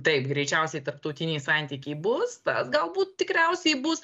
taip greičiausiai tarptautiniai santykiai bus tas galbūt tikriausiai bus